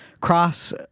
cross